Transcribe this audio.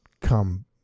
come